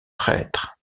prêtre